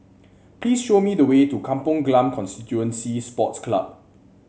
please show me the way to Kampong Glam Constituency Sports Club